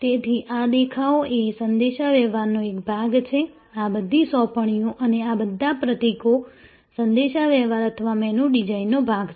તેથી આ દેખાવો એ સંદેશાવ્યવહારનો એક ભાગ છે આ બધી સોંપણીઓ અને આ બધા પ્રતીકો સંદેશાવ્યવહાર અથવા મેનુ ડિઝાઇનનો ભાગ છે